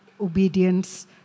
obedience